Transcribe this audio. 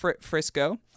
Frisco